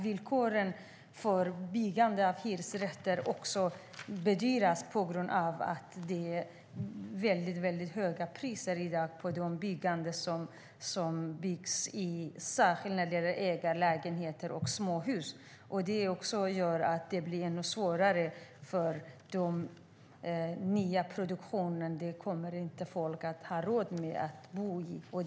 Villkoren för byggande av hyresrätter gör att det blir väldigt dyrt att bygga lägenheter och småhus. Det gör att det blir ännu svårare när det gäller nyproducerade bostäder. Folk kommer inte att ha råd att bo i dessa.